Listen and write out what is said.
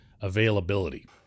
availability